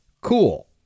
Cool